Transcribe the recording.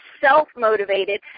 self-motivated